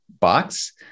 box